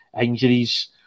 injuries